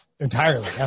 Entirely